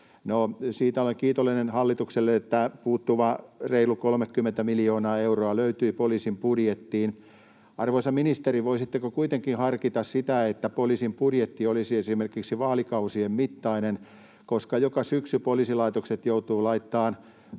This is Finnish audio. siitä olen kiitollinen hallitukselle, että puuttuva reilu 30 miljoonaa euroa löytyi poliisin budjettiin. Arvoisa ministeri, voisitteko kuitenkin harkita sitä, että poliisin budjetti olisi esimerkiksi vaalikausien mittainen, koska joka syksy poliisilaitokset joutuvat laittamaan